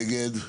מי נגד?